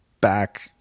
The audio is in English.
back